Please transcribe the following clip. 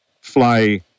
fly